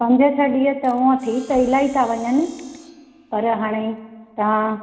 पंज छह ॾींहं त हूअं थी त इलाही था वञनि पर हाणे तव्हां